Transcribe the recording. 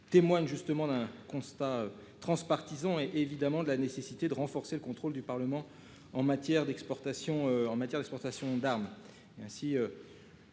témoigne justement d'un constat transpartisan et évidemment de la nécessité de renforcer le contrôle du Parlement en matière d'exportations